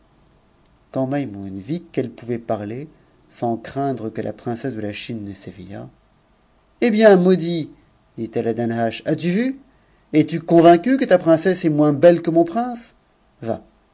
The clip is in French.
quand maimoune vit qu'elle pouvait parler sans craindre que la princesse de la chine ne s'éveillât eh bien maudit dit-elle à danhasch as-tu vu es-tu convaincu que ta princesse est moins belle que mon prince va